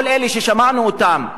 כל אלה ששמענו אותם,